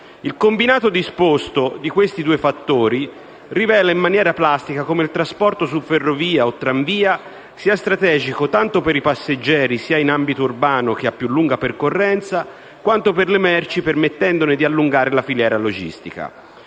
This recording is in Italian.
Il combinato disposto di questi due fattori rivela in maniera plastica come il trasporto su ferrovia o tranvia sia strategico tanto per i passeggeri sia in ambito urbano che a più lunga percorrenza, quanto per le merci, permettendone di allungare la filiera logistica.